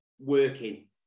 working